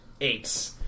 eight